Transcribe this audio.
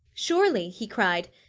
surely! he cried.